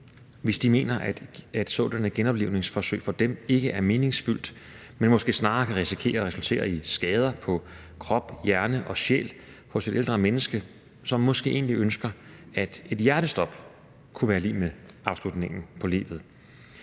hvis de mener, at sådanne genoplivningsforsøg for dem ikke er meningsfulde, men måske snarere kan risikere at resultere i skader på krop, hjerne og sjæl hos et ældre menneske, som måske egentlig ønsker, at et hjertestop kunne være lig med afslutningen på livet.